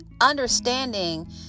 understanding